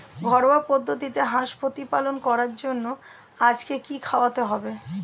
ঘরোয়া পদ্ধতিতে হাঁস প্রতিপালন করার জন্য আজকে কি খাওয়াতে হবে?